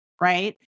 right